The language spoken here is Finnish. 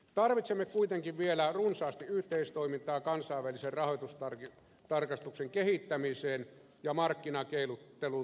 tarvitsemme kuitenkin vielä runsaasti yhteistoimintaa kansainvälisen rahoitustarkastuksen kehittämiseen ja markkinakeinottelun tehokkaampaan ehkäisemiseen